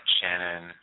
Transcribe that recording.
Shannon